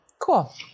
Cool